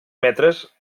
metres